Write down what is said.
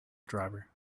driver